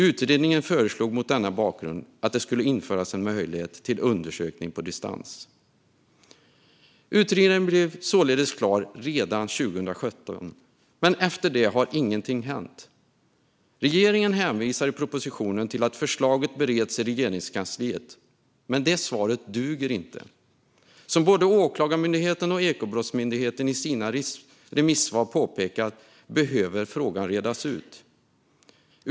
Utredningen föreslår mot denna bakgrund att det ska införas en möjlighet till undersökning på distans. Utredningen blev således klar redan 2017, men efter det har ingenting hänt. Regeringen hänvisar i propositionen till att förslaget bereds i Regeringskansliet. Det svaret duger inte. Som både Åklagarmyndigheten och Ekobrottsmyndigheten påpekar i sina remissvar behöver frågan redas ut.